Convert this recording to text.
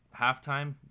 halftime